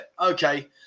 okay